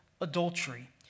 adultery